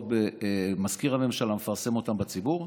ומזכיר הממשלה מפרסם אותן לציבור,